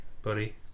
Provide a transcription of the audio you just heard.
Buddy